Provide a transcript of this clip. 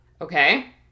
okay